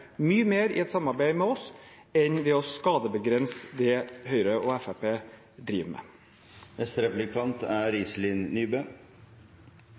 mye mer i et samarbeid med oss enn ved å skadebegrense det Høyre og Fremskrittspartiet driver med.